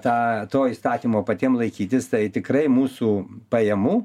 tą to įstatymo patiem laikytis tai tikrai mūsų pajamų